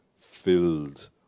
filled